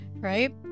right